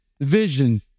vision